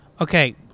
Okay